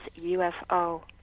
ufo